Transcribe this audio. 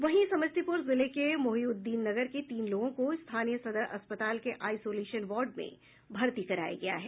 वहीं समस्तीपुर जिले के मोहिउद्दीननगर के तीन लोगों को स्थानीय सदर अस्पताल के आईसोलेशन वार्ड में भर्ती कराया गया है